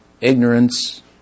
ignorance